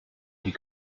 die